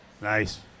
Nice